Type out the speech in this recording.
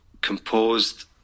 composed